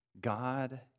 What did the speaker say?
God